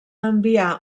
enviar